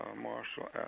Marshall